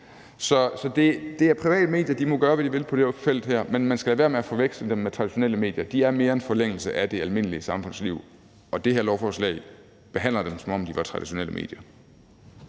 Det er et privat medie, og de må gøre, hvad de vil på det felt her. Men man skal lade være med at forveksle dem med traditionelle medier. De er mere en forlængelse af det almindelige samfundsliv. Og det her lovforslag behandler dem, som om de er traditionelle medier.